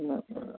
না না